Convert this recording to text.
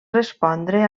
respondre